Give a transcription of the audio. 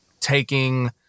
taking